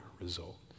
result